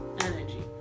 energy